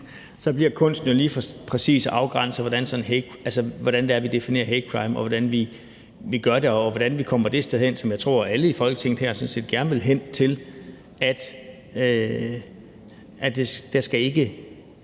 Så bliver kunsten jo lige præcis at afgrænse det, i forhold til hvordan vi definerer hatecrimes, altså hvordan vi gør det, og hvordan vi kommer hen til det sted, som jeg tror alle i Folketinget sådan set gerne vil hen til. Det kan ikke